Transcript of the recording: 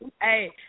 Hey